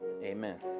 amen